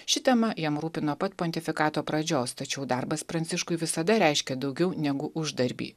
ši tema jam rūpi nuo pat pontifikato pradžios tačiau darbas pranciškui visada reiškė daugiau negu uždarbį